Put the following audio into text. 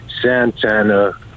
Santana